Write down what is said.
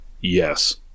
Yes